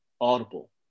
audible